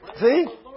See